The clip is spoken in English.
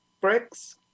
Bricks